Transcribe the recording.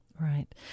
Right